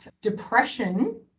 depression